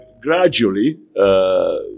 gradually